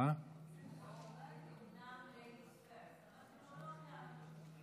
אדוני היושב-ראש, חבריי מכחול לבן,